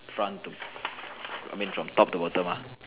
front to I mean from top to bottom lah